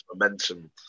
momentum